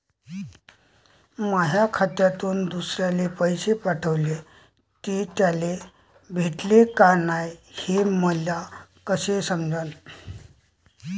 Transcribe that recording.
माया खात्यातून दुसऱ्याले पैसे पाठवले, ते त्याले भेटले का नाय हे मले कस समजन?